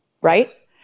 right